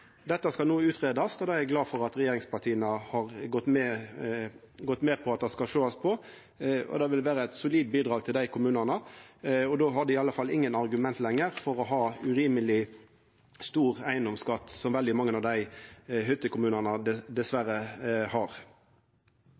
Dette skal no utgreiast, og eg er glad for at regjeringspartia har gått med på at ein skal sjå på det. Det vil vera eit solid bidrag til dei kommunane. Då har dei i alle fall ingen argument lenger for å ha urimeleg høg eigedomsskatt, som mange av hyttekommunane diverre har.